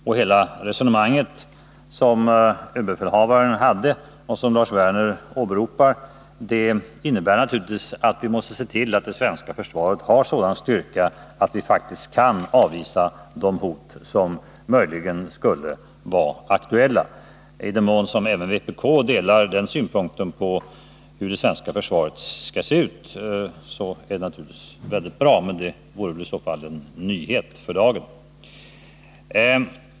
Hela det resonemang från överbefälhavaren som Lars Werner åberopar innebär naturligtvis att vi måste se till att det svenska försvaret har sådan styrka att vi faktiskt kan avvisa de hot som möjligen skulle vara aktuella. I den mån även vpk delar den synpunkten på hur det svenska försvaret skall se ut är det naturligtvis bra, men det vore i så fall en nyhet för dagen.